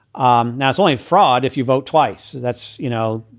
um that's only fraud if you vote twice. that's you know,